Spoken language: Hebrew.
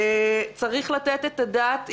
צריך לתת את הדעת,